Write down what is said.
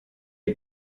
est